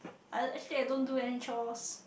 I actually I don't do any chores